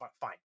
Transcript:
fine